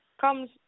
comes